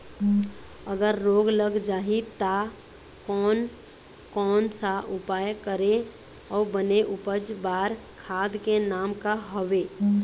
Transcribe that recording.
अगर रोग लग जाही ता कोन कौन सा उपाय करें अउ बने उपज बार खाद के नाम का हवे?